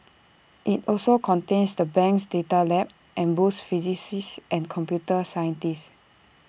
IT also contains the bank's data lab and boasts physicists and computer scientists